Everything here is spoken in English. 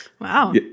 Wow